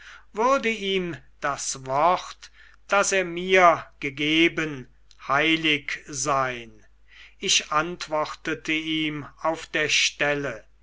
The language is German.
würde ihm das wort das er mir gegeben heilig sein ich antwortete ihm auf der stelle